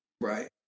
Right